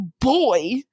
boy